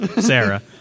Sarah